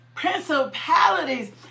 principalities